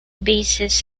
basis